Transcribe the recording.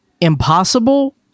impossible